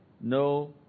no